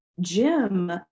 Jim